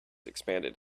expanded